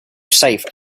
safe